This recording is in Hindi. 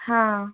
हाँ